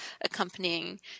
accompanying